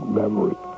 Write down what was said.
memory